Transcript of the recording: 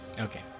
Okay